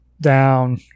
down